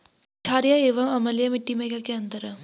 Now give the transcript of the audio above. छारीय एवं अम्लीय मिट्टी में क्या क्या अंतर हैं?